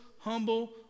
humble